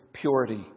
purity